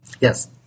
Yes